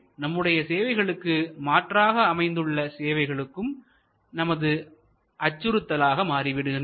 எனவே நம்முடைய சேவைகளுக்கு மாற்றாக அமைந்துள்ள சேவைகளும் நமது அச்சுறுத்தலாக மாறிவிடுகின்றன